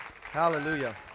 hallelujah